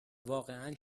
واقعن